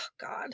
God